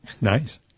Nice